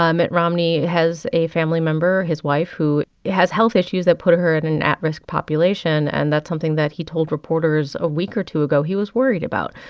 ah mitt romney has a family member, his wife, who has health issues that put her in an at-risk population. and that's something that he told reporters a week or two ago he was worried about.